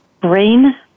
brain